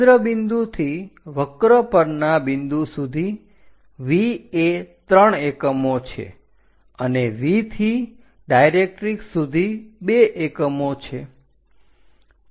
કેન્દ્ર બિંદુથી વક્ર પરના બિંદુ સુધી V એ 3 એકમો છે અને V થી ડાયરેકરીક્ષ સુધી 2 એકમો છે